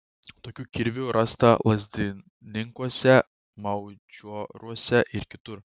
tokių kirvių rasta lazdininkuose maudžioruose ir kitur